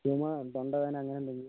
ചുമ തൊണ്ടവേദന അങ്ങനെ എന്തെങ്കിലും